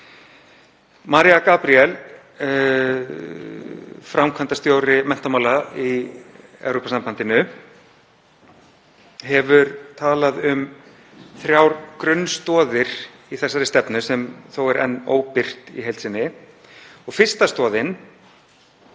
Mariya Gabriel, framkvæmdastjóri menntamála í Evrópusambandinu, hefur talað um þrjár grunnstoðir í þessari stefnu, sem þó er enn óbirt í heild sinni, og fyrsta stoðin